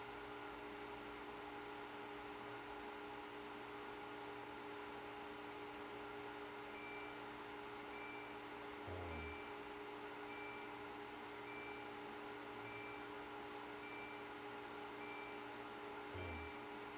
mm mm